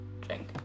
drink